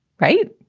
right?